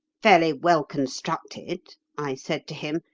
fairly well constructed i said to him,